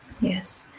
Yes